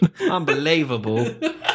Unbelievable